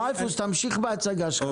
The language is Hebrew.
דרייפוס, תמשיך בהצגה שלך.